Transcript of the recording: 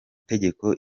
tegeko